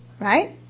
Right